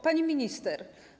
Pani Minister!